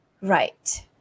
Right